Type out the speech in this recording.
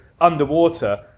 underwater